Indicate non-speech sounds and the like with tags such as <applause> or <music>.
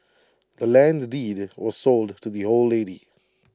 <noise> the land's deed was sold to the old lady